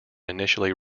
initially